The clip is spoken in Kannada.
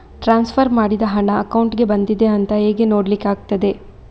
ಟ್ರಾನ್ಸ್ಫರ್ ಮಾಡಿದ ಹಣ ಅಕೌಂಟಿಗೆ ಬಂದಿದೆ ಅಂತ ಹೇಗೆ ನೋಡ್ಲಿಕ್ಕೆ ಆಗ್ತದೆ?